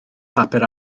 papur